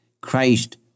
Christ